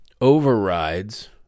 overrides